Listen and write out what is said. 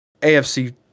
afc